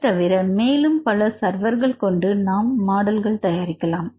இது தவிர மேலும் பல சர்வர் கொண்டு நாம் மாடல்களை தயாரிக்கலாம்